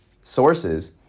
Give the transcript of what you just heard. sources